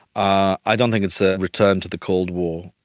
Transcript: i don't think it's a return to the cold war.